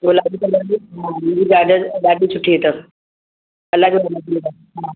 गुलाबी कलर जी हा हिन जी बाडर डाढी सुठी अथव अलॻि हा